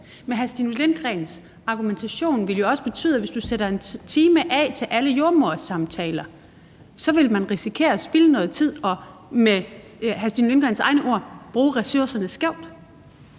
Stinus Lindgreens argumentation vil det jo også betyde, at hvis man sætter 1 time af til alle jordemodersamtaler, så ville man risikere at spilde noget tid og med hr. Stinus Lindgreen egne ord: bruge ressourcerne skævt.